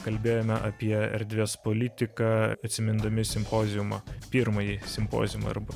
kalbėjome apie erdvės politiką atsimindami simpoziumą pirmąjį simpoziumą arba